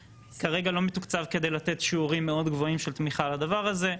שכרגע הוא לא מתוקצב כדי לתת שיעורים מאוד גדולים של תמיכה על הדבר הזה.